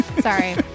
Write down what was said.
sorry